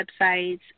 websites